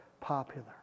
popular